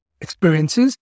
experiences